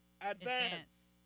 Advance